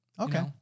Okay